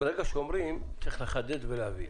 ברגע שאומרים צריך לחדד ולהבהיר.